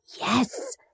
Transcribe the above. yes